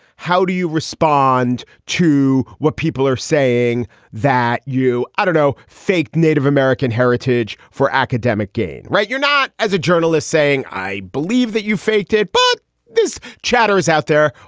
how do you respond to what people are saying that you don't know? fake native american heritage for academic gain, right? you're not as a journalist saying, i believe that you faked it, but this chatter is out there.